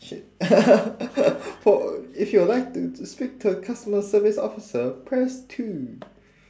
shit for if you would like to to speak to a customer service officer press two